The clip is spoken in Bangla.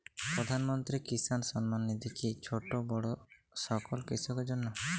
প্রধানমন্ত্রী কিষান সম্মান নিধি কি ছোটো বড়ো সকল কৃষকের জন্য?